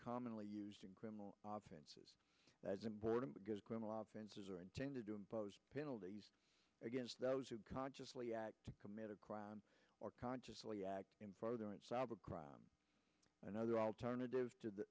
commonly used in criminal offenses that's important because criminal offenses are intended to impose penalties against those who consciously act commit a crime or consciously act in furtherance of a crime another alternative to the